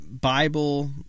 Bible